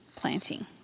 planting